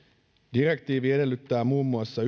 direktiivi edellyttää muun muassa